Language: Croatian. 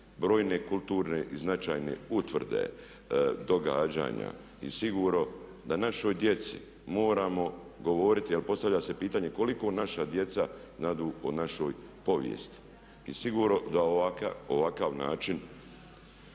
brojne kulturne i značajne utvrde, događanja. I sigurno da našoj djeci moramo govoriti jer postavlja se pitanje koliko naša djeca znadu o našoj povijesti. I sigurno da ovakav način